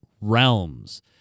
Realms